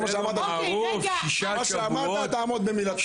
אמרת אז תעמוד במילתך.